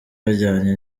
bajyanye